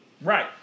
Right